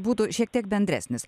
būtų šiek tiek bendresnis